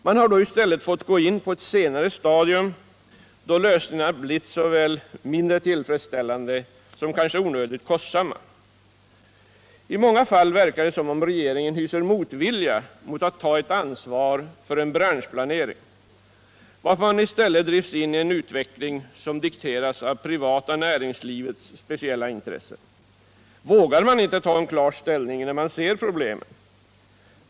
Man har i stället fått gå in på ett senare stadium, då lösningarna blivit såväl mindre tillfredsställande som kanske onödigt kostsamma. I många fall verkar det som om regeringen hyser motvilja mot att ta ett ansvar för en branschplanering, varför man i stället drivs in i en utveckling som dikteras av det privata näringslivets speciella intressen. Vågar man inte ta en klar ställning när man ser problemen?